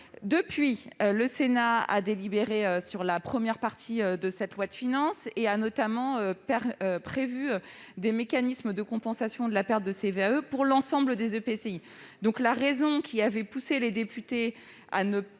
Depuis lors, le Sénat a délibéré sur la première partie de cette loi de finances et a, notamment, voté des mécanismes de compensation de la perte de CVAE pour l'ensemble des EPCI. La raison qui avait poussé les députés à ne